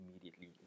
immediately